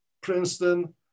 Princeton